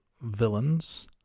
villains